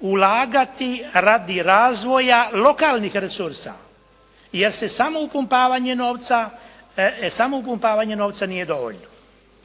ulagati radi razvoja lokalnih resursa, jer samo "upumpavanje" novca nije dovoljno.